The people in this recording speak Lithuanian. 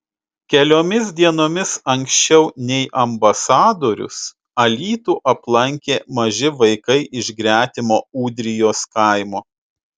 keliomis dienomis anksčiau nei ambasadorius alytų aplankė maži vaikai iš gretimo ūdrijos kaimo